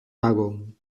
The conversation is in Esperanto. tagon